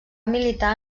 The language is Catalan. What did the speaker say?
militar